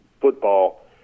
football